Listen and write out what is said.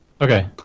Okay